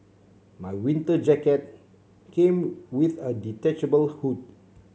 my winter jacket came with a detachable hood